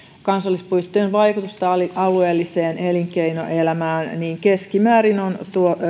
kansallispuistojen vaikutusta alueelliseen elinkeinoelämään niin on